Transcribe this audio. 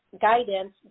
guidance